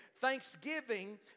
Thanksgiving